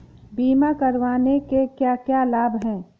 बीमा करवाने के क्या क्या लाभ हैं?